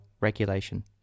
regulation